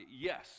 yes